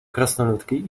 krasnoludki